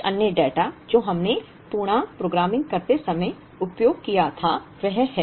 कुछ अन्य डेटा जो हमने पूर्णांक प्रोग्रामिंग करते समय उपयोग किया था वह है